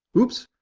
oops.